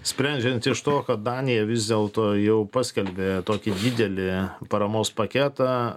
sprendžiant iš to kad danija vis dėlto jau paskelbė tokį didelį paramos paketą